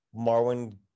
Marwin